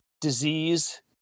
disease